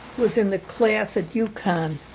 was in the class at ucon.